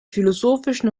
philosophischen